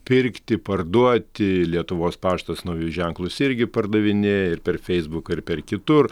pirkti parduoti lietuvos paštas naujus ženklus irgi pardavinėja ir per feisbuką ir per kitur